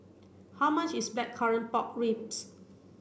how much is blackcurrant pork ribs